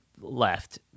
left